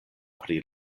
pri